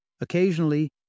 Occasionally